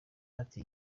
ati